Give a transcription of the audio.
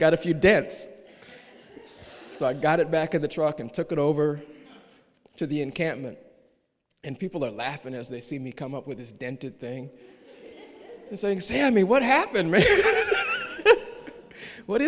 got a few dents so i got it back in the truck and took it over to the encampment and people are laughing as they see me come up with this dented thing saying sammy what happened what